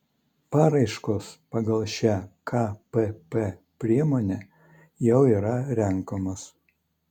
paraiškos pagal šią kpp priemonę jau yra renkamos